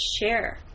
share